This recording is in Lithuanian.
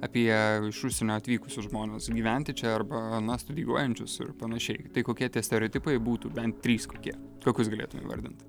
apie iš užsienio atvykusius žmones gyventi čia arba na studijuojančius ir panašiai tai kokie tie stereotipai būtų bent trys kokie kokius galėtum įvardinti